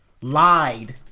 lied